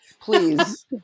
Please